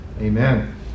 amen